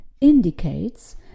indicates